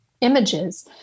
images